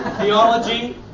Theology